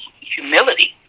humility